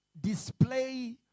display